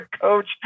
coach